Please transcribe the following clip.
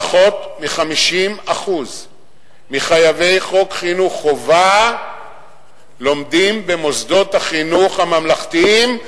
פחות מ-50% מחייבי חוק חינוך חובה לומדים במוסדות החינוך הממלכתיים,